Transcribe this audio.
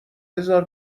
بزار